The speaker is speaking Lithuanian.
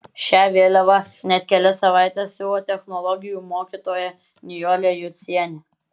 šią vėliavą net kelias savaites siuvo technologijų mokytoja nijolė jucienė